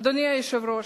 אדוני היושב-ראש,